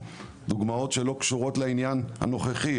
אלו דוגמאות שלא קשורות לעניין הנוכחי.